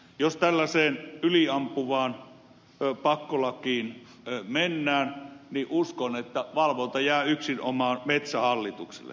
jos tällaiseen yliampuvaan pakkolakiin mennään niin uskon että valvonta jää yksinomaan metsähallitukselle